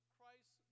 Christ